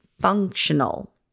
functional